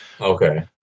okay